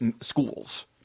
schools